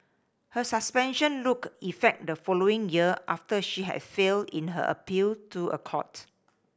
her suspension look effect the following year after she had failed in her appeal to a court